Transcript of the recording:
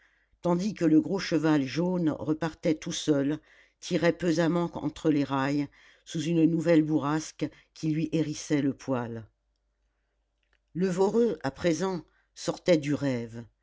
tandis que le gros cheval jaune repartait tout seul tirait pesamment entre les rails sous une nouvelle bourrasque qui lui hérissait le poil le voreux à présent sortait du rêve